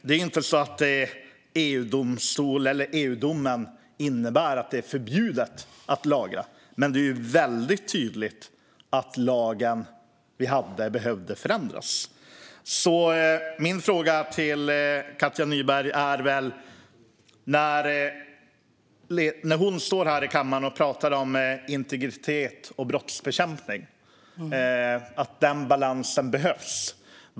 Det är inte så att EU-domen innebär att det är förbjudet att lagra. Men det är väldigt tydligt att den lag vi hade behövde förändras. Jag har en fråga till Katja Nyberg. Hon står här i kammaren och talar om att balansen behövs mellan integritet och brottsbekämpning.